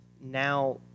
now